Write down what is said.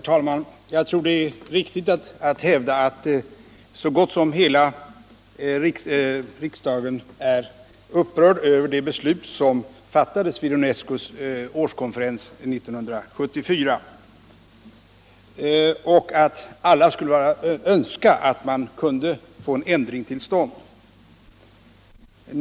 Herr talman! Jag tror det är riktigt att hävda att så gott som alla riksdagsledamöter är upprörda över det beslut som fattades vid UNESCO:s årskonferens 1974 och att alla skulle önska att få en ändring till stånd.